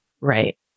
Right